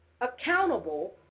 accountable